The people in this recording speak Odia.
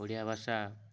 ଓଡ଼ିଆ ଭାଷା